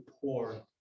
poor